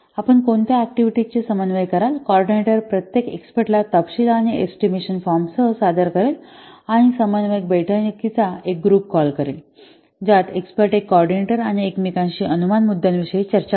आपण कोणत्या ऍक्टिव्हिटीज चे समन्वय कराल कॉर्डीनेटर प्रत्येक एक्सपर्टला तपशील आणि एस्टिमेशन फॉर्मसह सादर कराल आणि समन्वयक बैठकीचा एक ग्रुप कॉल करेल ज्यात एक्स्पर्ट एक कॉर्डीनेटर आणि एकमेकांशी अनुमान मुद्द्यांविषयी चर्चा करतात